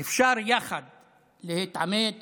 אשר חברנו מנסור עבאס לא הסתיר את הרצון שלו להצטרף אליה,